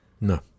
No